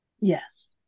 Yes